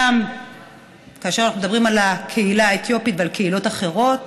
גם כאשר אנחנו מדברים על הקהילה האתיופית ועל קהילות אחרות